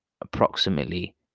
approximately